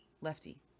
lefty